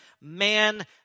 man